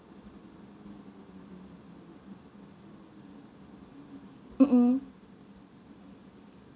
mm